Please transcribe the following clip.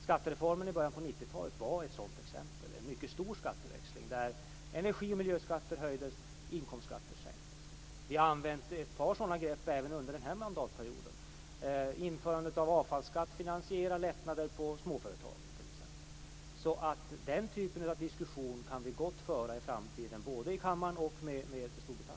Skattereformen i början av 1990-talet var ett exempel på en mycket stor skatteväxling där energi och miljöskatter höjdes och inkomstskatter sänktes. Även under den här mandatperioden har vi använt skatteväxling. Införandet av avfallsskatt finansierade lättnader för småföretagen. Den typen av diskussion kan vi gott föra i framtiden, både i kammaren och med Storbritannien.